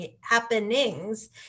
happenings